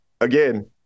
again